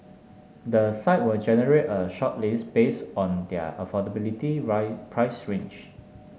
the site will generate a shortlist base on their affordability price range